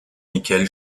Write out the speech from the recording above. michael